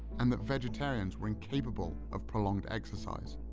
and that vegetarians were incapable of prolonged exercise.